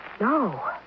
No